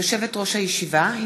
יושבת-ראש הישיבה,